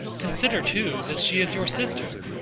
consider, too, that she is your sister,